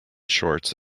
shorts